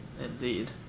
Indeed